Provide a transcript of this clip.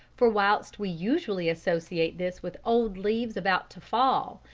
for whilst we usually associate this with old leaves about to fall,